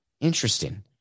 Interesting